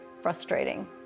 frustrating